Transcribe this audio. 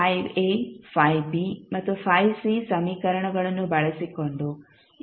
ಮತ್ತು ಸಮೀಕರಣಗಳನ್ನು ಬಳಸಿಕೊಂಡು ಇವುಗಳನ್ನು ವಿವರಿಸಲಾಗಿದೆ